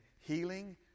healing